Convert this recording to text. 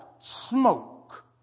smoke